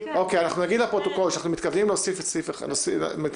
נגיד לפרוטוקול שאנחנו מתכוונים להוסיף מקרים